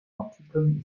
artikeln